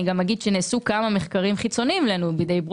אני גם אומר שנעשו כמה מחקרים חיצוניים בידי מכון